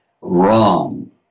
wrong